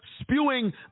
spewing